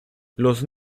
los